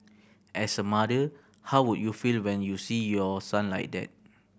as a mother how would you feel when you see your son like that